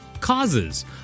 Causes